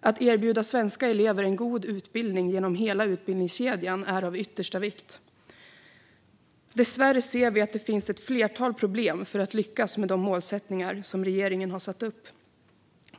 Att erbjuda svenska elever en god utbildning genom hela utbildningskedjan är av yttersta vikt. Dessvärre ser vi att det finns ett flertal problem för att lyckas med de målsättningar som regeringen satt upp.